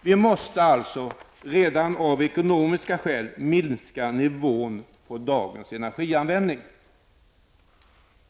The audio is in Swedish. Vi måste alltså redan av ekonomiska skäl minska nivån på dagens energianvändning.